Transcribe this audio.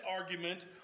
argument